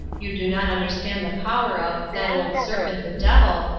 you do not understand the power of that old serpent, the devil,